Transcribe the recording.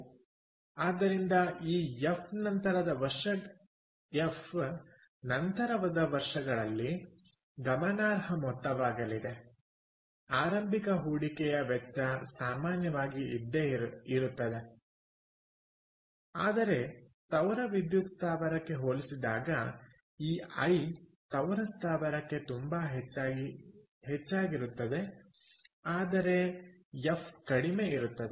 ಆದ್ದರಿಂದ ಈ ಎಫ್ ನಂತರದ ವರ್ಷಗಳಲ್ಲಿ ಗಮನಾರ್ಹ ಮೊತ್ತವಾಗಲಿದೆ ಆರಂಭಿಕ ಹೂಡಿಕೆಯ ವೆಚ್ಚ ಸಾಮಾನ್ಯವಾಗಿ ಇದ್ದೇ ಇರುತ್ತದೆ ಆದರೆ ಸೌರ ಸ್ಥಾವರಕ್ಕೆ ಹೋಲಿಸಿದಾಗ ಈ ಐ ಸೌರ ಸ್ಥಾವರಕ್ಕೆ ತುಂಬಾ ಹೆಚ್ಚಾಗಿ ಹೆಚ್ಚಾಗಿರುತ್ತದೆ ಆದರೆ ಎಫ್ ಕಡಿಮೆ ಇರುತ್ತದೆ